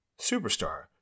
superstar